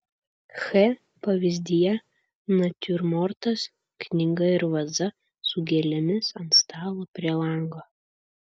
h pavyzdyje natiurmortas knyga ir vaza su gėlėmis ant stalo prie lango